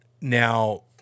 Now